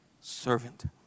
servant